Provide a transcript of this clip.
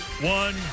one